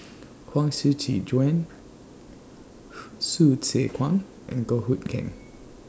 Huang Shiqi Joan Hsu Tse Kwang and Goh Hood Keng